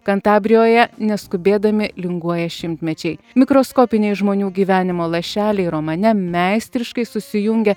kantabrijoje neskubėdami linguoja šimtmečiai mikroskopiniai žmonių gyvenimo lašeliai romane meistriškai susijungia